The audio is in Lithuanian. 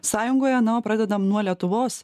sąjungoje na o pradedam nuo lietuvos